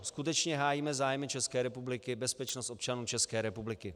Skutečně hájíme zájmy České republiky a bezpečnost občanů České republiky.